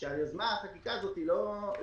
לא מספיק שיוזמת החקיקה הזו היא חדשה,